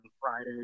Friday